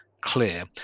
clear